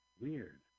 Weird